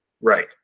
Right